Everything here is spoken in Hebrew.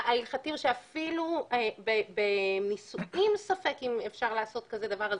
המיינסטרים ההלכתי הוא שאפילו בנישואים ספק אם אפשר לעשות כזה דבר,